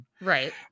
Right